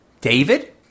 David